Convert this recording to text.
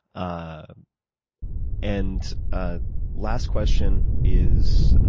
ah and ah last question is